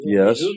Yes